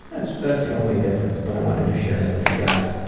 that's that's the only difference but i wanted to share that with you guys.